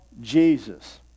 Jesus